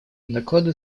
доклады